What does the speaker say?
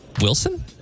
Wilson